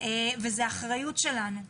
וזה אחריות שלנו.